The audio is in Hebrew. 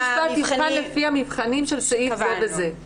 בית המשפט יבחן לפי המבחנים של סעיף כך וכך, כן.